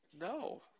No